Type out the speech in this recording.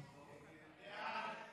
ההצעה להעביר את